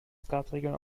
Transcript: skatregeln